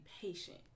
patient